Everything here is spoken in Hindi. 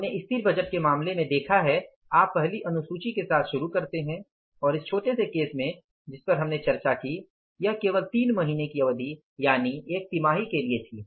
हमने स्थिर बजट के मामले में देखा है आप पहली अनुसूची के साथ शुरू करते हैं और इस छोटे से केस में जिस पर हमने चर्चा की वह केवल 3 महीने की अवधि एक तिमाही के लिए थी